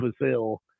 Brazil